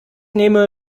nehme